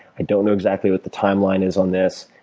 i don't know exactly what the timeline is on this,